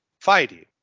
fighting